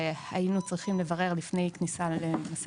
שהיינו צריכים לברר לגביהם לפני כניסה למשא